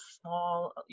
small